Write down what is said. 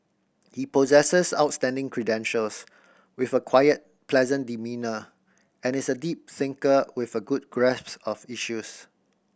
he possesses outstanding credentials with a quiet pleasant demeanour and is a deep thinker with a good grasps of issues